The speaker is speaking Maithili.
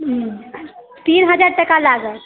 हूँ तीन हजार टका लागत